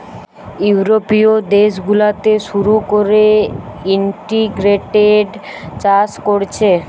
ইউরোপীয় দেশ গুলাতে শুরু কোরে ইন্টিগ্রেটেড চাষ কোরছে